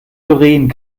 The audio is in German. doreen